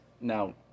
Now